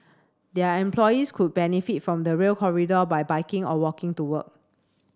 their employees could benefit from the Rail Corridor by biking or walking to work